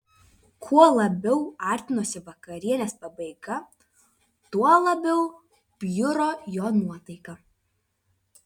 kuo labiau artinosi vakarienės pabaiga tuo labiau bjuro jo nuotaika